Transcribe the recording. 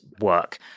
work